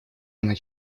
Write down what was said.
она